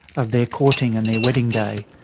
of their courting and their wedding day,